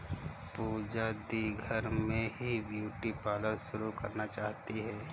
पूजा दी घर में ही ब्यूटी पार्लर शुरू करना चाहती है